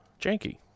Janky